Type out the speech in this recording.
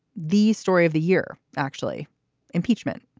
the story of the year, actually impeachment,